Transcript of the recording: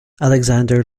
alexander